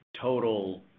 total